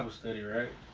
um study, right?